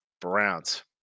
Browns